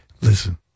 Listen